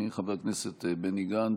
חבר הכנסת בני גנץ,